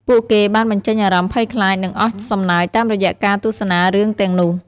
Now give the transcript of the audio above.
ពួកគេបានបញ្ចេញអារម្មណ៍ភ័យខ្លាចនិងអស់សំណើចតាមរយៈការទស្សនារឿងទាំងនោះ។